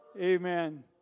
Amen